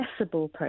accessible